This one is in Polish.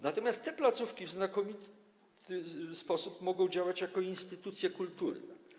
Natomiast te placówki w znakomity sposób mogą działać jako instytucje kultury.